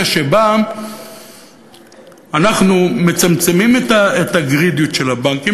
שבה אנחנו מצמצמים את הגְרִידִיוּת של הבנקים,